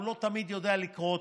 הוא לא תמיד יודע לקרוא אותו,